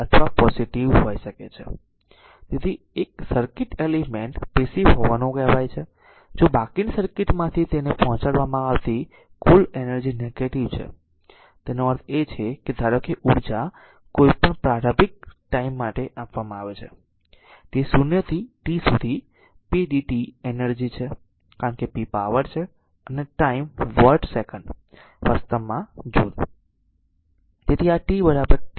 તેથી એક circuit element passive હોવાનું કહેવાય છે જો બાકીના સર્કિટ માંથી તેને પહોંચાડવામાં આવતી કુલ એનર્જી નેગેટીવ છે તેનો અર્થ એ છે કે ધારો કે ઊર્જા કોઈપણ પ્રારંભિક ટાઈમ માટે આપવામાં આવે છે t 0 થી t સુધી p dt એનર્જી છે કારણ કે p પાવર છે અને ટાઈમ વોટ સેકન્ડ વાસ્તવમાં joule